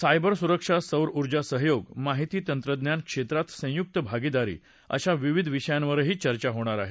cyber सुरक्षा सौर ऊर्जा सहयोग माहिती तंत्रज्ञान क्षेत्रात संयुक्त भागीदारी अशा विविध विषयांवर चर्चा होणार आहे